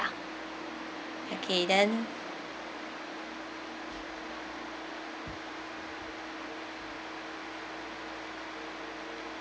okay then